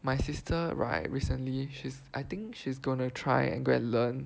my sister right recently she's I think she's gonna try and go and learn